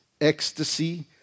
ecstasy